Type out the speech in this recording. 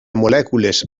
molècules